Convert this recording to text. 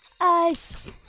ice